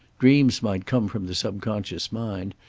dreams might come from the subconscious mind,